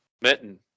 Mitten